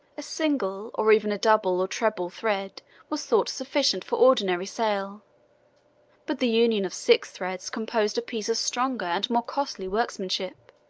a single, or even a double or treble thread was thought sufficient for ordinary sale but the union of six threads composed a piece of stronger and more costly workmanship.